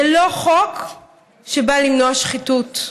זה לא חוק שבא למנוע שחיתות.